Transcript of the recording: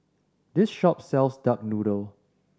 this shop sells duck noodle